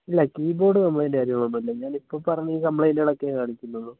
ഇല്ല keyboard complaint കാര്യങ്ങളൊന്നും ഇല്ല ഞാനിപ്പോൾ പറഞ്ഞ ഈ കംപ്ലെയ്ൻറ്റ്കളൊക്കെ കാണിക്കുന്നുള്ളൂ